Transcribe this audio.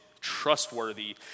trustworthy